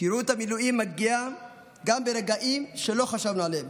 שירות המילואים מגיע גם ברגעים שלא חשבנו עליהם.